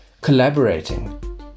Collaborating